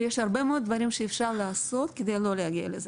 יש הרבה מאוד דברים שאפשר לעשות כדי לא להגיע לזה.